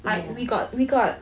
yeah